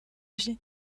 vie